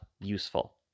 useful